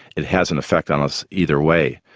it has an effect on us either way.